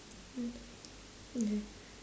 mm okay